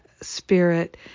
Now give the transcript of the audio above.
Spirit